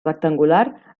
rectangular